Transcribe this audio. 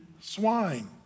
swine